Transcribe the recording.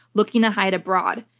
looking to hide abroad,